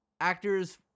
Actors